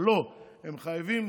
אבל לא, הם חייבים